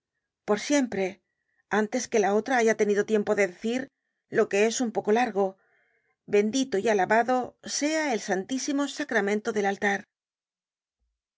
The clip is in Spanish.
por siempre antes que la otra haya tenido tiempo de decir lo que es un poco largo bendito y alabado sea el santísimo sacramento del altar